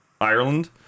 Ireland